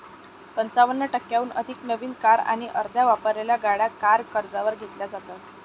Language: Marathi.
पंचावन्न टक्क्यांहून अधिक नवीन कार आणि अर्ध्या वापरलेल्या गाड्या कार कर्जावर घेतल्या जातात